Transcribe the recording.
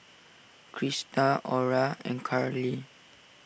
Christa Aura and Carlie